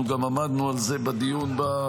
ואנחנו גם עמדנו על זה בדיון בוועדה,